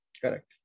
Correct